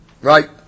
right